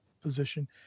Position